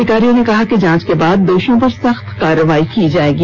अधिकारियों ने कहा कि जांच के बाद दोषियों पर सख्त कार्रवाई की जाएगी